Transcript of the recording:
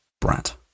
brat